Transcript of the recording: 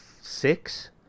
six